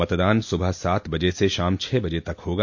मतदान सुबह सात बजे से शाम छ बजे तक होगा